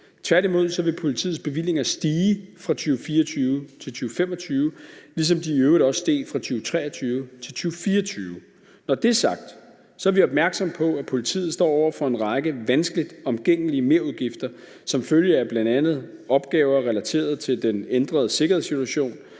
Tværtimod vil politiets bevillinger stige fra 2024 til 2025, ligesom de i øvrigt også steg fra 2023 til 2024. Når det er sagt, er vi opmærksomme på, at politiet står over for en række vanskeligt undgåelige merudgifter som følge af bl.a. opgaver relateret til den ændrede sikkerhedssituation,